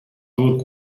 өөр